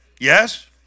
Yes